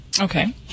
Okay